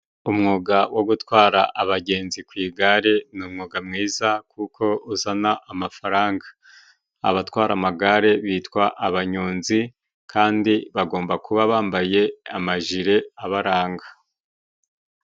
Umwuga wo gutwara abagenzi ku igare, ni umwuga mwiza kuko uzana amafaranga. Abatwara amagare bitwa abanyonzi kandi bagomba kuba bambaye amajire abaranga.